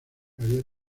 había